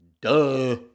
Duh